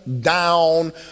down